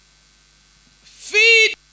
feed